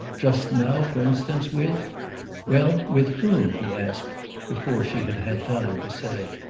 just now for instance with well, with whom? he asked before she had had time to say.